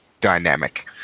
dynamic